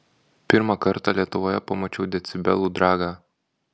pirmą kartą lietuvoje pamačiau decibelų dragą